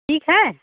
ठीक है